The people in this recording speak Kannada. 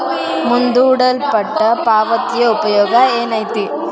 ಮುಂದೂಡಲ್ಪಟ್ಟ ಪಾವತಿಯ ಉಪಯೋಗ ಏನೈತಿ